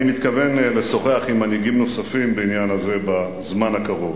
אני מתכוון לשוחח עם מנהיגים נוספים בעניין הזה בזמן הקרוב.